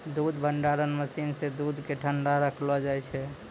दूध भंडारण मसीन सें दूध क ठंडा रखलो जाय छै